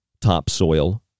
topsoil